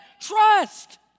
Trust